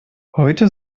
heute